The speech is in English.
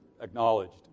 acknowledged